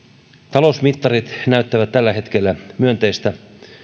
talousmittarit näyttävät tällä hetkellä myönteistä